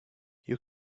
you